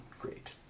Great